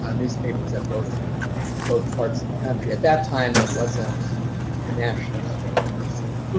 um newspapers at both both parts of the country. at that time it wasn't a national story, per se.